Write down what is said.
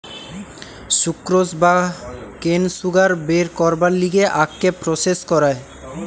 sucrose বা cane sugar বের করবার লিগে আখকে প্রসেস করায়